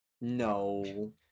No